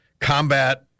Combat